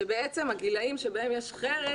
שבעצם הגילים בהם יש חרם,